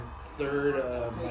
third